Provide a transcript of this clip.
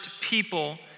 people